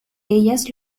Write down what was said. ellas